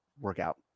workout